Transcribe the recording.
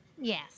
Yes